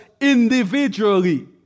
individually